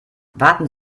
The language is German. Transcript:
warten